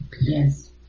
Yes